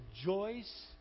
rejoice